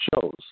shows